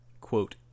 quote